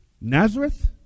Nazareth